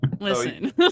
Listen